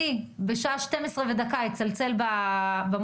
אם אני בשעה 00:01 אשים מוזיקה,